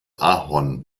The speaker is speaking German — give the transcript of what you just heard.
ahorn